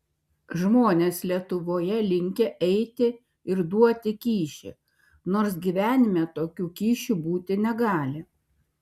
žmonės lietuvoje linkę eiti ir duoti kyšį nors gyvenime tokių kyšių būti negali